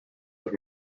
have